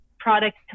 product